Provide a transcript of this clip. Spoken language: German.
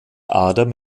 adam